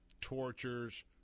tortures